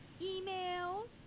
emails